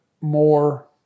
more